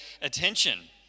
attention